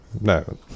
no